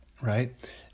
right